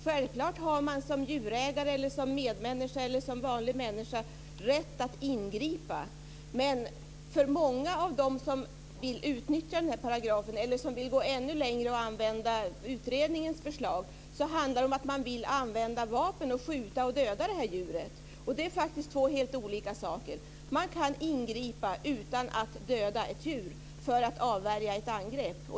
Självklart har man som djurägare eller medmänniska rätt att ingripa, men för många av dem som vill utnyttja denna paragraf eller som vill gå ännu längre och använda utredningens förslag handlar det om att man vill använda vapen för att skjuta och döda djuret. Men det är faktiskt två helt olika saker. Man kan ingripa utan att döda ett djur för att avvärja ett angrepp.